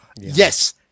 yes